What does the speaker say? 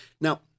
Now